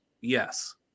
Yes